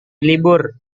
libur